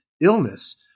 illness